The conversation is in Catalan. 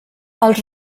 els